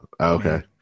Okay